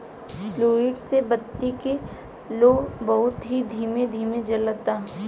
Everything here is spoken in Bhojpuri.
फ्लूइड से बत्ती के लौं बहुत ही धीमे धीमे जलता